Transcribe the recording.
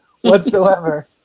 whatsoever